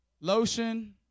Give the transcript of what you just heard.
lotion